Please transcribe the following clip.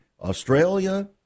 Australia